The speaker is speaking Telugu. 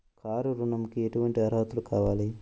కారు ఋణంకి ఎటువంటి అర్హతలు కావాలి?